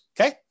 okay